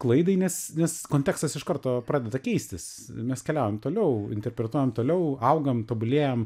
klaidai nes nes kontekstas iš karto pradeda keistis mes keliaujam toliau interpretuojam toliau augam tobulėjam